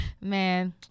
Man